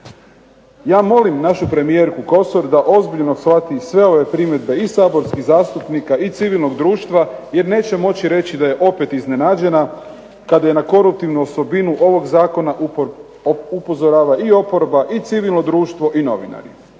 Ja molim našu premijerku Kosor da ozbiljno shvati sve ove primjedbe i saborskih zastupnika i civilnog društva jer neće moći reći da je opet iznenađena kad na koruptivnu osobinu ovog zakona upozorava i oporba i civilno društvo i novinari.